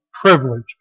privilege